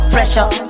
Pressure